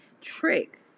Trick